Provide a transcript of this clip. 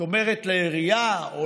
זאת אומרת לעירייה או